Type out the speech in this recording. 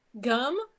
Gum